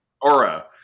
Aura